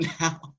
now